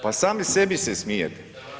Pa sami sebi s smijete.